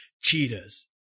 Cheetahs